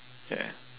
ya